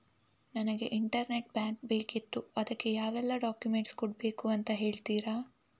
ನನಗೆ internet bank ಬೇಕಿತ್ತು ಅದಕ್ಕೆ ಯಾವೆಲ್ಲಾ ಡಾಕ್ಯುಮೆಂಟ್ಸ್ ಕೊಡ್ಬೇಕು ಅಂತ ಹೇಳ್ತಿರಾ?